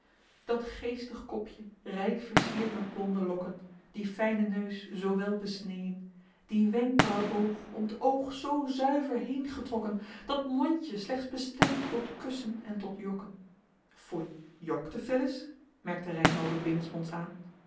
dat geestig kopje rijk versierd met blonde lokken dien fijnen neus zoo wel besneên dien wenkbrauwboog om t oog zoo zuiver heengetrokken dat mondje slechts bestemd tot kussen en tot jokken foei jokte phyllis merkte reynhove binnensmonds aan